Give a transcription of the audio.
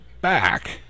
back